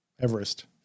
Everest